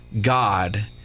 God